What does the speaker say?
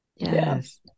Yes